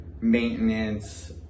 maintenance